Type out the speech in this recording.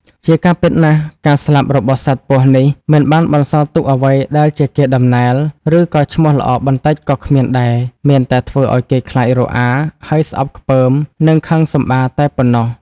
ជាការពិតណាស់ការស្លាប់របស់សត្វពស់នេះមិនបានបន្សល់ទុកអ្វីដែលជាកេរដំណែល ឬក៏ឈ្មោះល្អបន្តិចក៏គ្មានដែរ មានតែធ្វើឲ្យគេខ្លាចរអា ហើយស្អប់ខ្ពើម និងខឹងសម្បារតែប៉ុណ្ណោះ ។